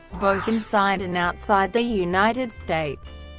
both inside and outside the united states.